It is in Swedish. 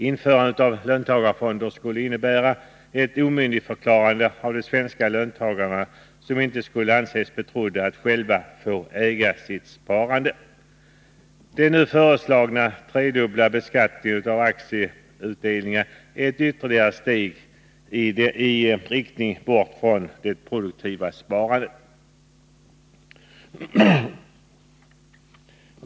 Införandet av löntagarfonder skulle innebära ett omyndigförklarande av de svenska löntagarna, som inte skulle anses betrodda att själva få äga sitt sparande. Den nu föreslagna tredubbla beskattningen av aktieutdelningar är ett ytterligare steg i riktning bort från det produktiva sparandet.